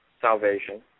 salvation